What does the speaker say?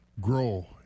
grow